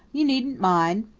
you needn't mind,